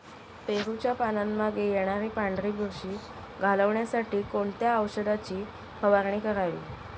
पेरूच्या पानांमागे येणारी पांढरी बुरशी घालवण्यासाठी कोणत्या औषधाची फवारणी करावी?